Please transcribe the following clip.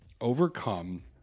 overcome